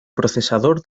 procesador